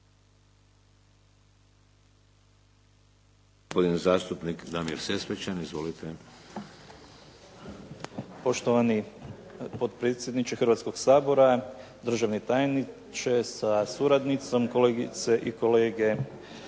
**Sesvečan, Damir (HDZ)** Poštovani potpredsjedniče Hrvatskog sabora, državni tajniče sa suradnicom, kolegice i kolege